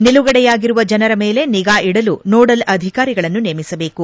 ನಿಲುಗಡೆಯಾಗಿರುವ ಜನರ ಮೇಲೆ ನಿಗಾ ಇಡಲು ನೋಡಲ್ ಅಧಿಕಾರಿಗಳನ್ನು ನೇಮಿಸಬೇಕು